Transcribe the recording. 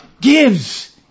gives